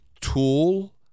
tool